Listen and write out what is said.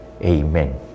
Amen